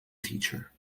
teacher